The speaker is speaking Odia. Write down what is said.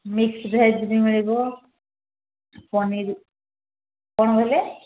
ମିକ୍ସ ଭେଜ୍ ବି ମିଳିବ ପନିର କ'ଣ କହିଲେ